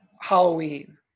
Halloween